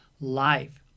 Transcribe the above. life